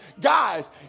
Guys